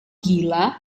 gila